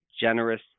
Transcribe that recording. generous